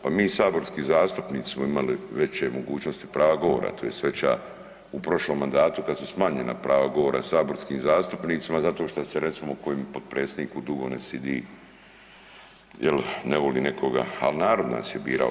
Pa mi saborski zastupnici smo imali veće mogućnosti prava govora tj. veća u prošlom mandatu kada su smanjena prava govora saborskim zastupnicima zato što se recimo kojem potpredsjedniku dugo ne sjedi jel' ne voli nekoga, ali narod nas je birao.